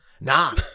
Nah